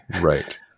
Right